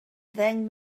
ddeng